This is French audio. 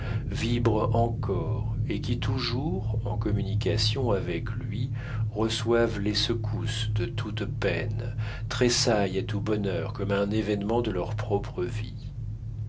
vibrent encore et qui toujours en communication avec lui reçoivent les secousses de toute peine tressaillent à tout bonheur comme à un événement de leur propre vie